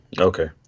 Okay